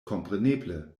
kompreneble